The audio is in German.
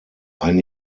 ein